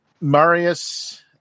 Marius